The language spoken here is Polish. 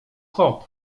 hop